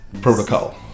protocol